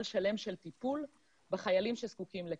שלם של טיפול בחיילים שזקוקים לכך.